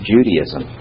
Judaism